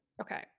okay